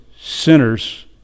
sinners